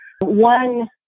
One